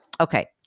Okay